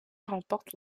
remporte